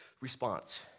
response